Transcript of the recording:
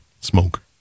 smoke